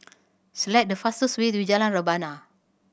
select the fastest way to Jalan Rebana